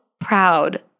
proud